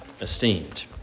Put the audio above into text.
esteemed